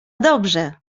dobrze